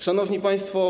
Szanowni Państwo!